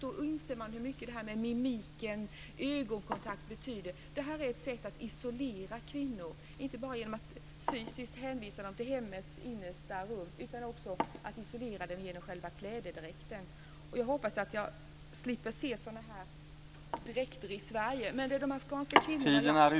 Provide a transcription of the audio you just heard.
Då inser man hur mycket mimik och ögonkontakt betyder. Det här är ett sätt att isolera kvinnor, inte bara genom att fysiskt hänvisa dem till hemmets innersta rum utan också att isolera dem genom själva klädedräkten. Jag hoppas att jag slipper se sådana här dräkter i Sverige. Men de afghanska kvinnorna...